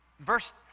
Verse